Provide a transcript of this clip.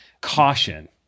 caution